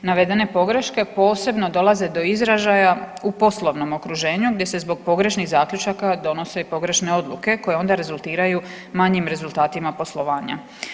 Navedene pogreške posebno dolaze do izražaja u poslovnom okruženju gdje se zbog pogrešnih zaključaka donose i pogrešne odluke koje onda rezultiraju manjim rezultatima poslovanja.